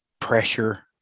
pressure